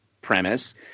premise